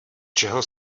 čeho